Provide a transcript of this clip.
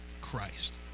Christ